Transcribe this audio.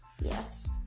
Yes